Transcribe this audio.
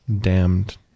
Damned